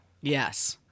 yes